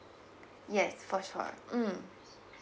yes for sure mm